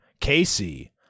Casey